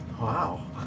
wow